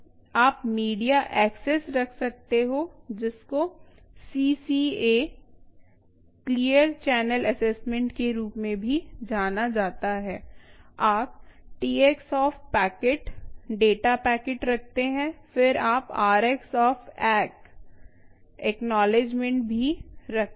आप media access रख सकते हो जिसको CCA क्लियर चैनल असेसमेंट के रूप में भी जाना जाता है आप Tx off packet data packet रखते हैं फिर आप Rx ऑफ़ ack भी रखते हैं